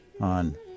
on